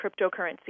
cryptocurrency